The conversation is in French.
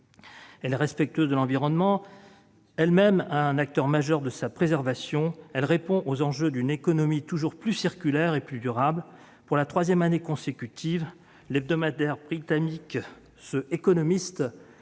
Elle est respectueuse de l'environnement, elle est même un acteur majeur de sa préservation. Elle répond aux enjeux d'une économie toujours plus circulaire et plus durable. Pour la troisième année consécutive, l'hebdomadaire britannique classe